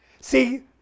See